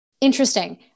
Interesting